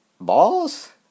Balls